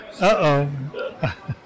Uh-oh